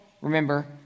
remember